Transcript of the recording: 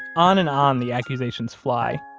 on and on the accusations fly.